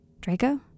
Draco